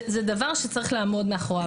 זה דבר שצריך לעמוד מאחוריו.